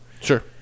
Sure